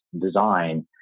design